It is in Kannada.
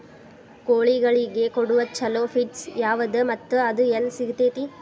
ಕೋಳಿಗಳಿಗೆ ಕೊಡುವ ಛಲೋ ಪಿಡ್ಸ್ ಯಾವದ ಮತ್ತ ಅದ ಎಲ್ಲಿ ಸಿಗತೇತಿ?